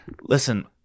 Listen